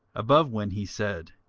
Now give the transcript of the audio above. above when he said,